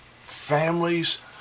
families